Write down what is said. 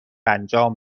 انجام